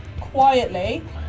quietly